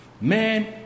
Man